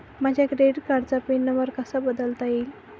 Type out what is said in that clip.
माझ्या क्रेडिट कार्डचा pin number कसा बदलता येईल?